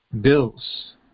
bills